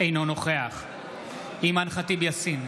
אינו נוכח אימאן ח'טיב יאסין,